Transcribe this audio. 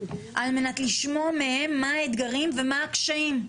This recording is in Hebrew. על מנת לשמוע מה האתגרים ומה הקשיים,